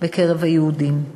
בקרב היהודים.